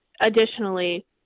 additionally